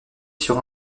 sur